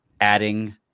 adding